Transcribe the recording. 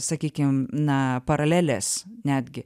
sakykim na paraleles netgi